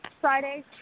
Friday